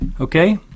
Okay